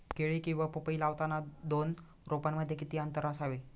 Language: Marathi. केळी किंवा पपई लावताना दोन रोपांमध्ये किती अंतर असावे?